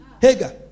Hagar